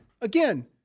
again